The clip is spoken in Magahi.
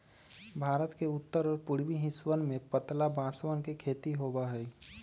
भारत के उत्तर और पूर्वी हिस्सवन में पतला बांसवन के खेती होबा हई